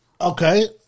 Okay